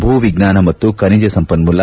ಭೂ ವಿಜ್ಞಾನ ಮತ್ತು ಖನಿಜ ಸಂಪನ್ನೂಲ